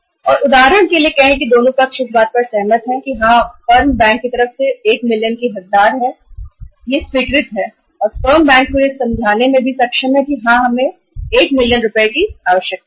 और उदाहरण के लिए कहे कि दोनों पक्ष इस बात पर सहमत है की फर्म बैंक की तरफ से 1 मिलियन का हक़दार है और फर्म बैंक को यह समझाने में सक्षम है कि हमें कार्यशील पूँजी सीमा के लिए1 मिलियन रुपए की आवश्यकता है